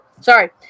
sorry